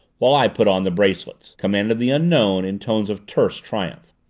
while i put on the bracelets, commanded the unknown in tones of terse triumph.